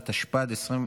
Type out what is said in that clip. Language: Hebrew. התשפ"ד 2024,